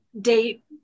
date